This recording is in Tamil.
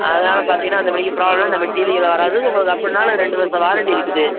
அதனால் பார்த்தீங்கன்னா அந்த மேரிக்கி ப்ராப்ளம் நம்ம டிவியில் வராது உங்களுக்கு அப்புடின்னாலும் ரெண்டு வருஷ வாரண்ட்டி இருக்குது